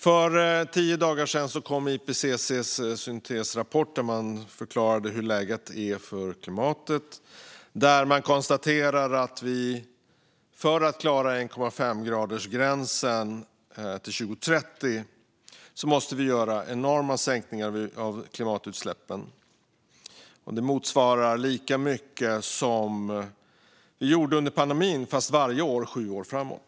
För tio dagar sedan kom IPCC:s syntesrapport där de förklarar hur läget är för klimatet och konstaterar att för att klara 1,5-gradersgränsen till 2030 måste det göras enorma sänkningar av klimatutsläppen. De motsvarar sänkningarna under pandemin, fast varje år sju år framåt.